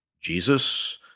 Jesus